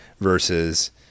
versus